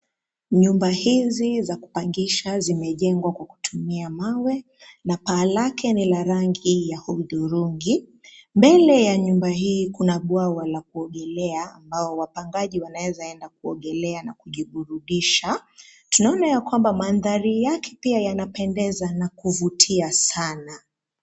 Nyumba hizi za kupangisha zimejengwa kwa kutumia mawe na paa lake ni la rangi ya hudhurungi. Mbele ya nyumba hii kuna bwawa la kuogelea, ambao wapangaji wanaweza enda kuogelea na kujiburudisha. Tunaona ya kwamba mandhari yake pia yanapendeza na kuvutia sana.